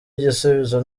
igisubizo